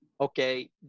okay